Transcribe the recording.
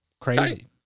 Crazy